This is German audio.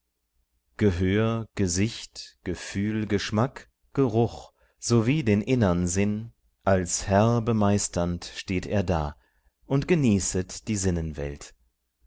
gehör gesicht gefühl geschmack geruch sowie den innern sinn als herr bemeisternd steht er da und genießet die